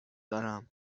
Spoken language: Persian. دارم